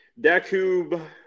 Dakub